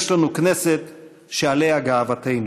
יש לנו כנסת שעליה גאוותנו.